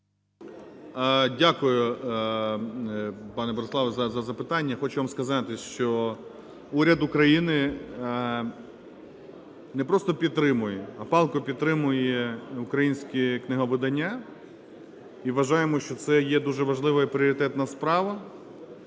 Дякую, пане Бориславе, за запитання. Хочу вам сказати, що уряд України не просто підтримує, а палко підтримує українське книговидання і вважаємо, що це є дуже важлива і пріоритетна справа.